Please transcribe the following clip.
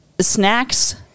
snacks